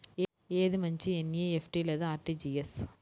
ఏది మంచి ఎన్.ఈ.ఎఫ్.టీ లేదా అర్.టీ.జీ.ఎస్?